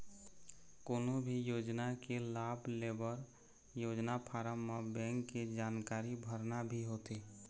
कोनो भी योजना के लाभ लेबर योजना फारम म बेंक के जानकारी भरना भी होथे